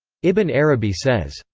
ibn arabi says,